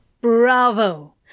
Bravo